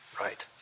Right